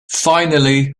finally